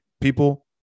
people